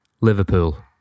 Liverpool